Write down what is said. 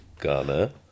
Ghana